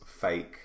fake